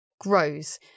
grows